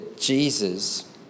Jesus